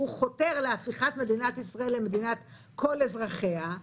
שהוא חותר להפיכת מדינת ישראל למדינת כל אזרחיה.